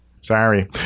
Sorry